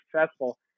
successful